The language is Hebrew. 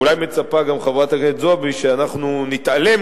אולי מצפה חברת הכנסת זועבי שאנחנו נתעלם